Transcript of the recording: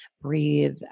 Breathe